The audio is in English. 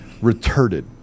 retarded